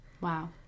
Wow